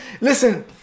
Listen